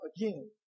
again